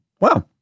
wow